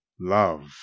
love